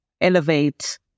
elevate